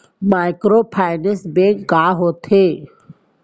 Microfinance bank का होथे?